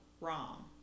wrong